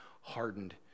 hardened